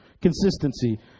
Consistency